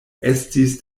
estis